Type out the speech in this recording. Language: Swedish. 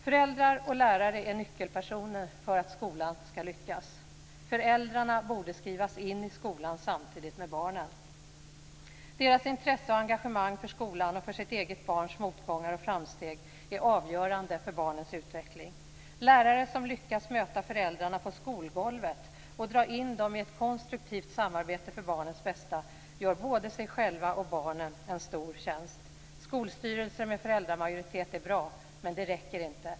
Föräldrar och lärare är nyckelpersoner för att skolan skall lyckas. Föräldrarna borde skrivas in i skolan samtidigt med barnen. Deras intresse och engagemang för skolan och för sitt eget barns motgångar och framsteg är avgörande för barnens utveckling. Lärare som lyckas möta föräldrarna på skolgolvet och dra in dem i ett konstruktivt samarbete för barnens bästa gör både sig själva och barnen en stor tjänst. Skolstyrelser med föräldramajoritet är bra, men det räcker inte.